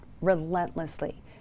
relentlessly